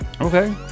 Okay